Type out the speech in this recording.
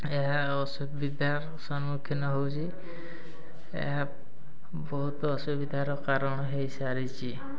ଏହା ଅସୁବିଧାର ସମ୍ମୁଖୀନ ହେଉଛି ଏହା ବହୁତ ଅସୁବିଧାର କାରଣ ହେଇସାରିଛି